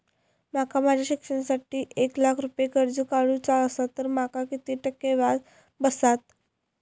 माका माझ्या शिक्षणासाठी एक लाख रुपये कर्ज काढू चा असा तर माका किती टक्के व्याज बसात?